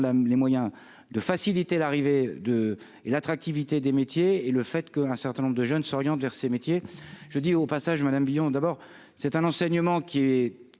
les moyens de faciliter l'arrivée de et l'attractivité des métiers et le fait que un certain nombre de jeunes s'orientent vers ces métiers, je dis au passage Madame d'abord c'est un enseignement qui est